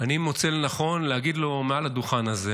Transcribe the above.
אני מוצא לנכון להגיד לו מעל הדוכן הזה